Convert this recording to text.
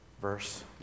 Verse